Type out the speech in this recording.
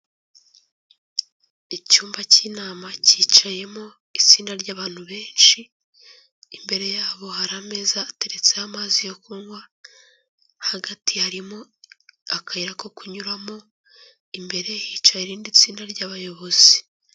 Icyumba cy'inama, cyicayemo itsinda ry'abantu benshi, imbere yabo hari ameza ateretseho amazi yo kunywa, hagati harimo akayira ko kunyuramo, imbere hicaye irindi tsinda ry'abayobozi.